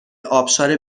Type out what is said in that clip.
ابشار